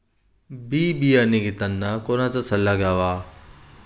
बी बियाणे घेताना कोणाचा सल्ला घ्यावा?